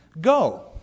Go